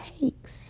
takes